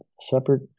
separate